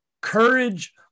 courage